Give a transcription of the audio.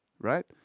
right